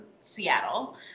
Seattle